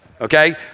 okay